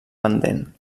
pendent